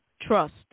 Trust